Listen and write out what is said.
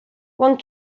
one